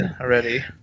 already